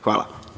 Hvala.